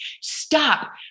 stop